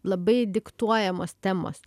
labai diktuojamos temos